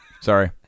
Sorry